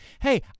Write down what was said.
Hey